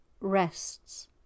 rests